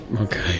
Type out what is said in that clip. Okay